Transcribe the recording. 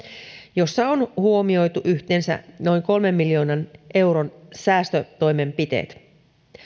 jossa on huomioitu yhteensä noin kolmen miljoonan euron säästötoimenpiteet